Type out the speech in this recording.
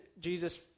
Jesus